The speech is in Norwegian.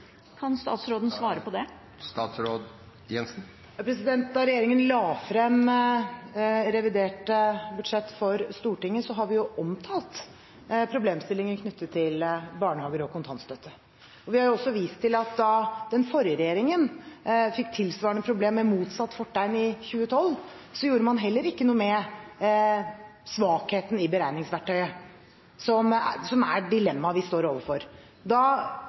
Kan statsråden svare på det? Da regjeringen la frem revidert budsjett for Stortinget, omtalte vi problemstillingen knyttet til barnehager og kontantstøtte. Vi har også vist til at da den forrige regjeringen fikk tilsvarende problem med motsatt fortegn i 2012, gjorde man heller ikke noe med svakheten i beregningsverktøyet, som er dilemmaet vi står overfor. Da